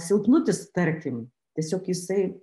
silpnutis tarkim tiesiog jisai